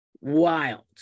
wild